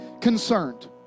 concerned